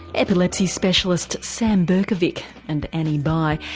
epilepsy specialists sam berkovic and annie bye.